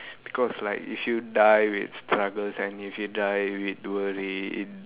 because like if you die with struggles and if you die with worry it